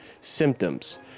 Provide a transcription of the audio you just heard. symptoms